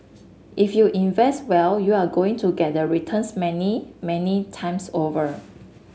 if you invest well you're going to get the returns many many times over